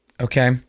okay